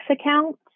account